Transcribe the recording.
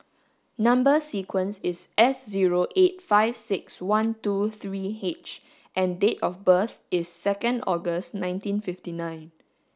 number sequence is S zero eight five six one two three H and date of birth is second August nineteen fifty nine